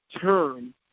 term